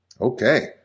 Okay